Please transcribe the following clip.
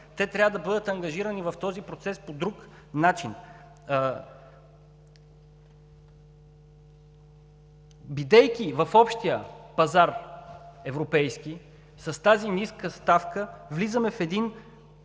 Те трябва да бъдат ангажирани в този процес по друг начин. Бидейки в Общия европейски пазар, с тази ниска ставка влизаме в един